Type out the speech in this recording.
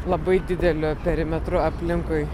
labai dideliu perimetru aplinkui